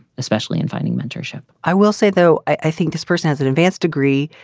especially in finding mentorship i will say, though, i think this person has an advanced degree.